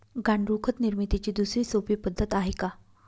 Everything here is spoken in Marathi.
गांडूळ खत निर्मितीची दुसरी सोपी पद्धत आहे का?